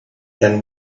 than